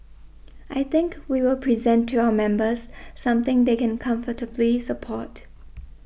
I think we will present to our members something they can comfortably support